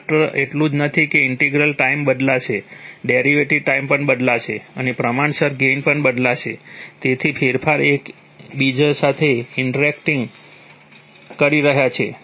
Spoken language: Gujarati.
તે માત્ર એટલું જ નથી કે ઈન્ટિગ્રલ ટાઈમ બદલાશે ડેરિવેટિવ ટાઈમ પણ બદલાશે અને પ્રમાણસર ગેઇન પણ બદલાશે તેથી ફેરફારો એક બીજા સાથે ઇન્ટરેક્ટિંગ કરી રહ્યા છે